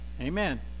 Amen